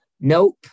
Nope